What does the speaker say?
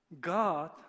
God